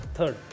Third